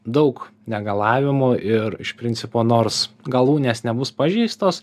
daug negalavimų ir iš principo nors galūnės nebus pažeistos